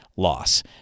loss